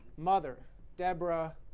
mother deborah